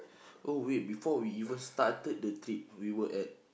oh wait before we even started the trip we were at